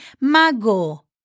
mago